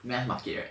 mass market right